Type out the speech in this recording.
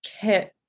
kit